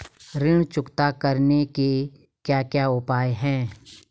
ऋण चुकता करने के क्या क्या उपाय हैं?